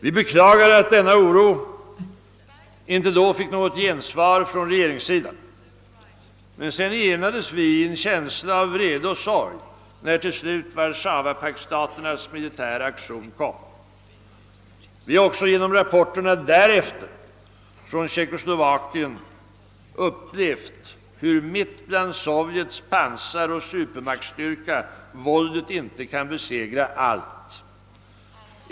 Vi beklagade att denna oro inte då fick något gensvar från regeringens sida. Och sedan enades vi i en känsla av vrede och sorg, när till slut Warszawapaktstaternas militära aktion sattes in. Vi har också genom rapporterna därefter från Tjeckoslovakien upplevt hur mitt bland sovjets pansaroch supermaktstyrka våldet inte kan besegra allt.